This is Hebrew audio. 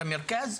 במרכז,